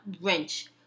wrench